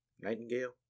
Nightingale